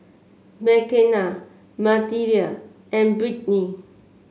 Makena Mathilda and Britni